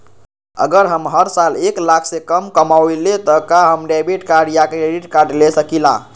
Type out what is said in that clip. अगर हम हर साल एक लाख से कम कमावईले त का हम डेबिट कार्ड या क्रेडिट कार्ड ले सकीला?